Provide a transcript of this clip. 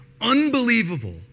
unbelievable